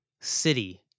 city